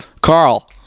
Carl